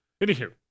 Anywho